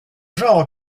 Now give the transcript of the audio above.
genre